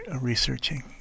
researching